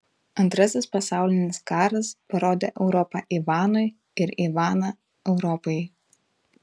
antrasis pasaulinis karas parodė europą ivanui ir ivaną europai